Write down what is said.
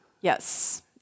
Yes